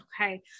Okay